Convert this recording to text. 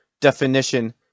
definition